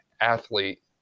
athlete